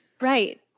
Right